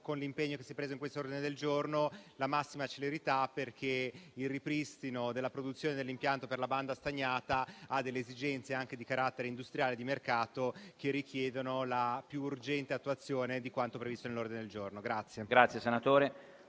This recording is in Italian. con l'impegno che si è preso in questo ordine del giorno, la massima celerità. Ciò perché il ripristino della produzione dell'impianto per la banda stagnata ha delle esigenze, anche di carattere industriale e di mercato, che richiedono la più urgente attuazione di quanto previsto nell'ordine del giorno.